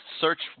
search